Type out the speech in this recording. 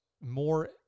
more